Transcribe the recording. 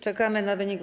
Czekamy na wynik.